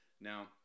Now